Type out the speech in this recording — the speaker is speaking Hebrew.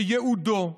שייעודו,